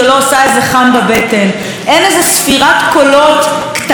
אין איזו ספירת קולות קטנה של סניף,